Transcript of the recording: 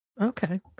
Okay